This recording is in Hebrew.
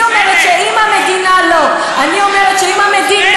אני אומרת שאם המדינה, לא, אני אומרת שאם המדינה,